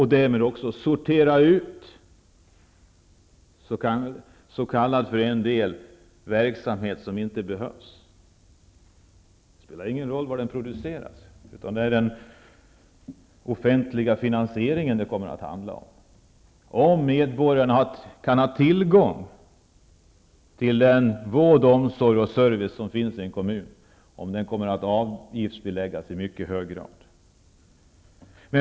Därmed sorterar man också ut verksamhet som en del menar inte behövs. Det spelar ingen roll vad den producerar, utan det är den offentliga finansieringen det kommer att handla om. Frågan är om medborgarna kommer att ha tillgång till den vård, omsorg och service som finns i en kommun, om den kommer att avgiftsbeläggas i mycket hög grad.